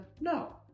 no